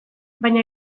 baina